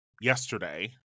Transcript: yesterday